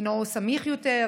אינו סמיך יותר,